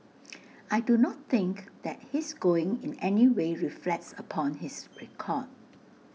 I do not think that his going in anyway reflects upon his record